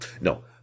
No